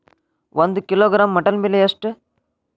ಒಂದು kilogram mutton ಬೆಲೆ ಎಷ್ಟ್?